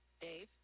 Dave